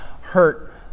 hurt